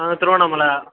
ஆ Tiruvannamalai